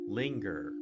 linger